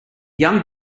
young